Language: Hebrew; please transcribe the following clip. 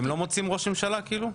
כי הם לא מוצאים ראש ממשלה כאילו?